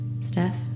Steph